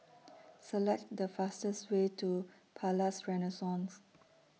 Select The fastest Way to Palais Renaissance